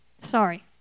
Sorry